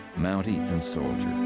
mountie and soldier.